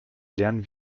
lernen